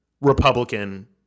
Republican